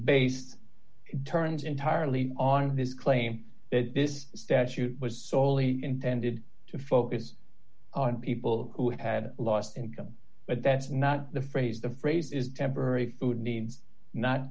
based turns entirely on this claim that this statute was soley intended to focus on people who had lost income but that's not the phrase the phrase is temporary food need not